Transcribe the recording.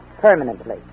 permanently